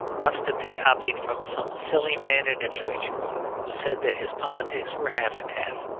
must have been copied from some silly man at ipswich who said that his politics were half and half.